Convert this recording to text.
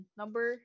number